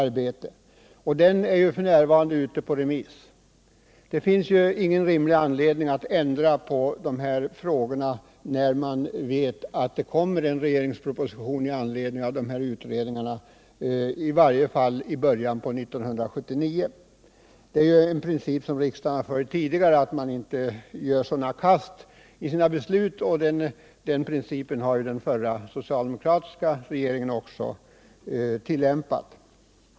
Den utredningens betänkande är f. n. ute på remiss. Det finns alltså inte nu anledning att genomföra ändringar, när man vet att det kommer en regeringsproposition i anledning av de här utredningarna i varje fall i början av 1979. Det är en princip som riksdagen har följt tidigare att man inte fattar beslut i frågor som är under utredning. Den principen har den förra, socialdemokratiska regeringen också tillämpat.